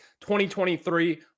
2023